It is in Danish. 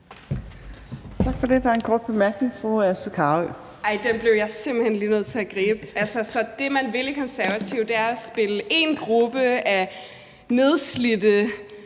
Tak for det. Der er en kort bemærkning. Fru Astrid Carøe. Kl. 20:00 Astrid Carøe (SF): Den bliver jeg simpelt hen lige nødt til at gribe, altså, for det, man vil i Konservative, er at spille en gruppe nedslidte